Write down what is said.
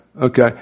okay